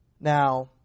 Now